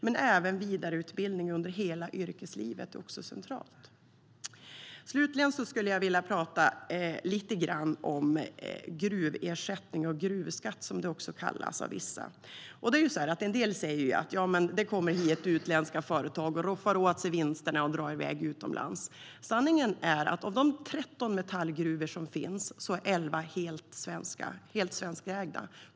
Men även vidareutbildning under hela yrkeslivet är centralt. Slutligen skulle jag vilja tala lite grann om gruversättning eller gruvskatt, som det kallas av vissa. En del säger: Utländska företag kommer hit, roffar åt sig vinsterna och drar iväg utomlands. Sanningen är att av de 13 metallgruvor som finns är 11 helt svenskägda.